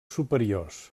superiors